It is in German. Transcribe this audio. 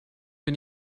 bin